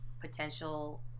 potential